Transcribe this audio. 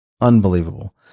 Unbelievable